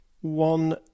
one